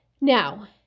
now